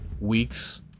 weeks